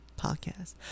podcast